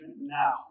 now